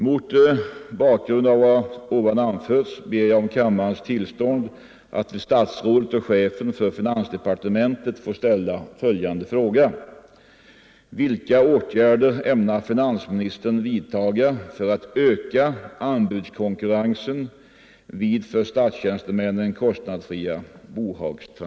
Mot bakgrund av vad här anförts ber jag om kammarens tillstånd att till herr finansministern ställa följande fråga: